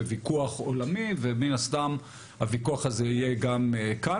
בוויכוח עולמי ומן הסתם הוויכוח הזה יהיה גם כאן